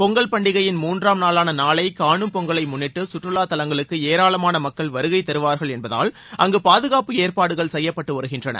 பொங்கல் பண்டிகையின் மூன்றாம் நாளான நாளை காணும் பொங்கலை முன்னிட்டு சுற்றுலாத் தலங்களுக்கு ஏராளமான மக்கள் வருகை தருவார்கள் என்பதால் அங்கு பாதுகாப்பு ஏற்பாடுகள் செய்யப்பட்டு வருகின்றன